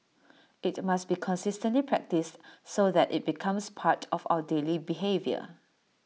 IT must be consistently practised so that IT becomes part of our daily behaviour